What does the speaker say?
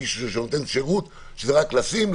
מישהו שנותן שירות רק לשים,